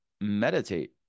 meditate